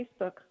Facebook